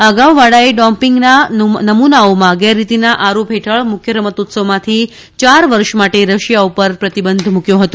આ અગાઉ વાડાએ ડોપિંગના નમુનાઓમાં ગેરરીતિના આરોપ હેઠળ મુખ્ય રમતોત્સવમાંથી ચાર વર્ષ માટે રશિયા પર પ્રતિબંધ મૂક્યો હતો